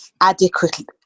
adequately